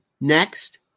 Next